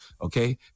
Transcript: Okay